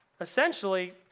essentially